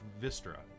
Vistra